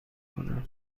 کنم